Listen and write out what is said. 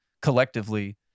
collectively